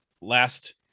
last